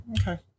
Okay